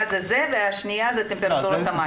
האחת היא הגנרטור והשנייה היא טמפרטורת המים.